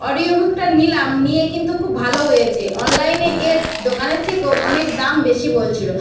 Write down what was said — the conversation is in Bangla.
অডিও বুকটা নিলাম নিয়ে কিন্তু খুব ভালো হয়েছে অনলাইনে এর দোকানের থেকেও অনেক দাম বেশি বলছিলো